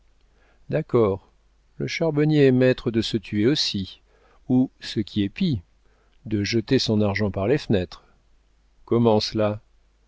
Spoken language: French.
d'accord le charbonnier est maître de se tuer aussi ou ce qui est pis de jeter son argent par les fenêtres comment cela